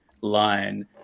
line